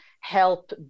help